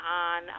on